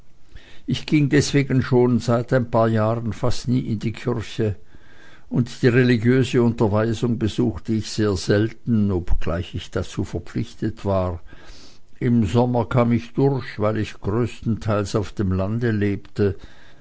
ich ging deswegen schon seit ein paar jahren fast nie in die kirche und die religiöse unterweisung besuchte ich sehr selten obgleich ich dazu verpflichtet war im sommer kam ich durch weil ich größtenteils auf dem lande lebte